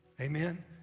amen